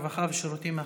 הרווחה והבריאות.